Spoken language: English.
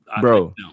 bro